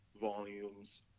volumes